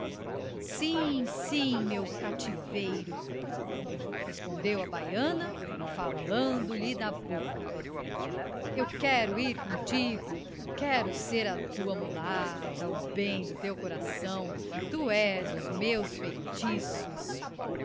sim sim meu cativeiro respondeu a baiana falando-lhe na boca eu quero ir contigo quero ser a tua mulata o bem do teu coração tu és os meus feitiços